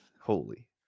Holy